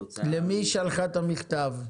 כתוצאה --- למי היא שלחה את המכתב?